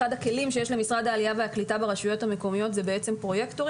אחד הכלים שיש למשרד העלייה והקליטה ברשויות המקומיות זה פרויקטורים